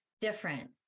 different